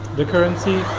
the currency.